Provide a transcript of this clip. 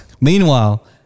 Meanwhile